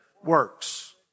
works